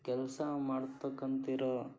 ಕೆಲಸ ಮಾಡ್ತಕಂತಿರೋ